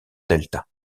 delta